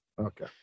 Okay